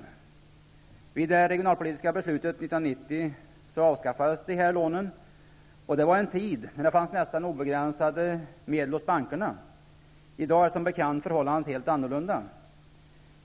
Vid tidpunkten för det regionalpolitiska beslutet år 1990 när dessa lån avskaffades fanns det nästan obegränsat med medel hos bankerna. I dag är som bekant förhållandena helt annorlunda.